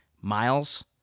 Miles